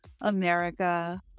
America